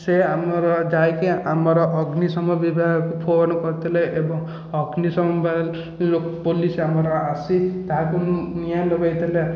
ସେ ଆମର ଯାଇକି ଆମର ଅଗ୍ନିଶମ ବିଭାଗକୁ ଫୋନ କରିଥିଲେ ଏବଂ ଅଗ୍ନିଶମ ବିଭାଗ ପୋଲିସ ଆମର ଆସି ତାହାକୁ ନିଆଁ ଲିଭାଇଥିଲେ